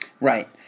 Right